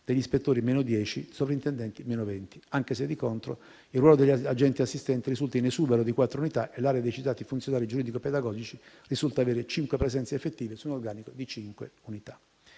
e in quello dei sovrintendenti (meno 20), anche se, di contro, il ruolo degli agenti-assistenti risulta in esubero di quattro unità e l'area dei citati funzionari giuridico-pedagogici risulta avere cinque presenze effettive, su un organico di cinque unità.